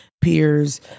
peers